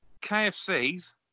KFCs